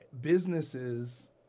businesses